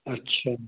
अच्छा